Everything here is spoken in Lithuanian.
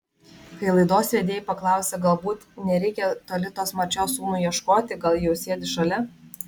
kai laidos vedėjai paklausė galbūt nereikia toli tos marčios sūnui ieškoti gal ji jau sėdi šalia